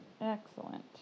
Excellent